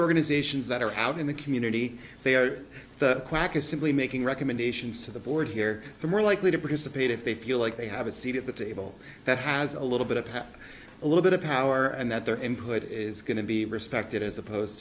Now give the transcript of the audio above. organizations that are out in the community they are simply making recommendations to the board here are more likely to participate if they feel like they have a seat at the table that has a little bit of pap a little bit of power and that their input is going to be respected as opposed